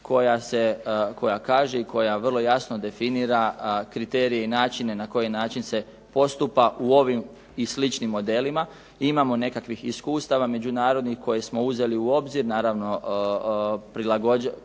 koja kaže i koja vrlo jasno definira kriterije i načine na koji način se postupa u ovim i sličnim modelima. Imamo nekakvih međunarodnih iskustava koje smo uzeli u obzir, naravno prilagođavajući